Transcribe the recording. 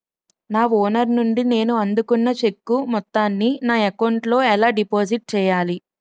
నా ఓనర్ నుండి నేను అందుకున్న చెక్కు మొత్తాన్ని నా అకౌంట్ లోఎలా డిపాజిట్ చేయాలి?